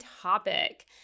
topic